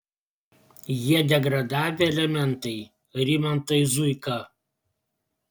jie degradavę elementai rimantai zuika